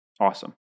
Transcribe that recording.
Awesome